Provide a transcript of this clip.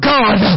God